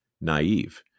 naive